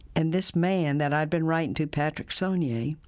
and this man that i'd been writing to, patrick sonnier,